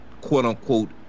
quote-unquote